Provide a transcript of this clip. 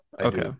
Okay